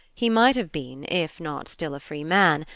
he might have been, if not still a free man,